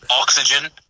oxygen